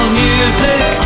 music